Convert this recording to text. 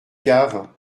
cave